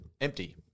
Empty